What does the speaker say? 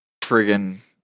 Friggin